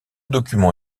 document